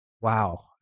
wow